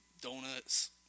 donuts